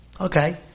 Okay